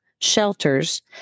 shelters